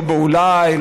לא: אולי,